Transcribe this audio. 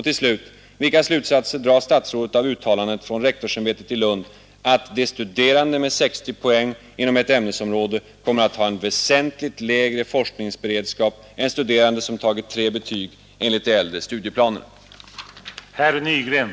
Till slut, vilka slutsatser drar statsrådet av uttalandet från rektorsämbetet i Lund att de studerande med 60 poäng inom ett ämnesområde kommer att ha en betydligt lägre forskningsberedskap än studerande som tagit tre betyg enligt de äldre studieplanerna?